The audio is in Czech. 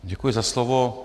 Děkuji za slovo.